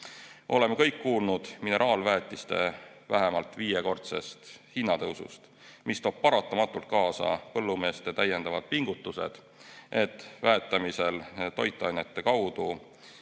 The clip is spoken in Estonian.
Oleme kõik kuulnud mineraalväetiste hinna vähemalt viiekordsest tõusust, mis toob paratamatult kaasa põllumeeste täiendavad pingutused, et väetamist toitainete kaudu